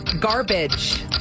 Garbage